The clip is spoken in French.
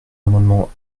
amendement